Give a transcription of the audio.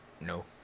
no